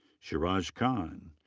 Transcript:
shiraz khan.